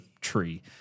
tree